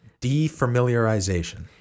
defamiliarization